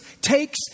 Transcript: takes